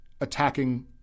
attacking